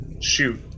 shoot